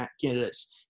candidates